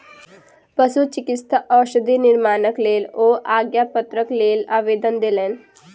पशुचिकित्सा औषधि निर्माणक लेल ओ आज्ञापत्रक लेल आवेदन देलैन